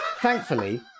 Thankfully